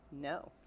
No